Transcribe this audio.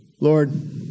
Lord